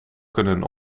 kunnen